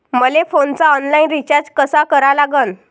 मले फोनचा online recharge कसा करा लागन?